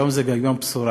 היום זה גם יום בשורה.